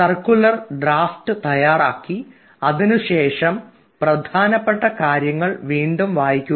സർക്കുലറിൻറെ draft തയ്യാറാക്കിയതിനുശേഷം പ്രധാനപ്പെട്ട കാര്യങ്ങൾ വീണ്ടും വായിക്കുക